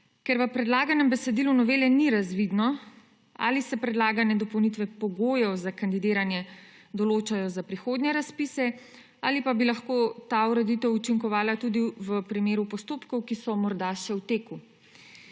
ker v predlaganem besedilu novele ni razvidno, ali se predlagane dopolnitve pogojev za kandidiranje določajo za prihodnje razpise ali pa bi lahko ta ureditev učinkovala tudi v primeru postopkov, ki so morda še v teku.